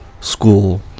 school